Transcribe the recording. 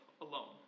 alone